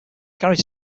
garage